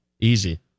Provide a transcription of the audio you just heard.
Easy